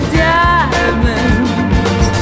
diamonds